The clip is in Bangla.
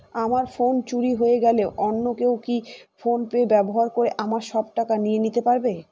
আমার ফোন চুরি হয়ে গেলে অন্য কেউ কি ফোন পে ব্যবহার করে আমার সব টাকা নিয়ে নিতে পারবে?